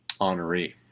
honoree